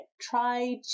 Try